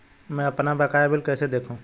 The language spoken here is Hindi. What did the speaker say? मैं अपना बकाया बिल कैसे देखूं?